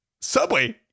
Subway